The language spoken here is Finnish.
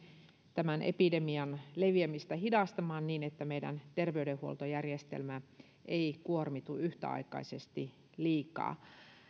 tämän epidemian leviämistä hidastamaan niin että meidän terveydenhuoltojärjestelmämme ei kuormitu yhtäaikaisesti liikaa